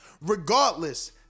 Regardless